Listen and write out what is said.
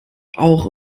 auch